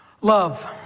Love